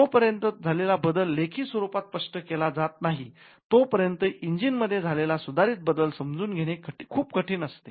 जोपर्यत झालेला बदल लेखी स्वरुपात स्पष्ट केला जात नाही तो पर्यंत इंजिन मध्ये झालेला सुधारीत बदल समजून घेणे खूप कठिण असते